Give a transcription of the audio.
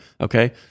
okay